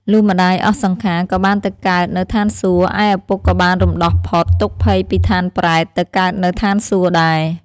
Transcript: លុះម្តាយអស់សង្ខារក៏បានទៅកើតនៅឋានសួគ៌ ឯឪពុកក៏បានរំដោះផុត ទុក្ខភ័យពីឋានប្រេត ទៅកើតនៅឋានសួគ៌ដែរ ។